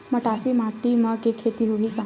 मटासी माटी म के खेती होही का?